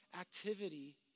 activity